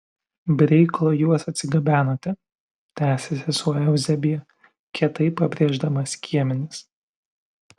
be reikalo juos atsigabenote tęsė sesuo euzebija kietai pabrėždama skiemenis